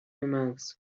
مرز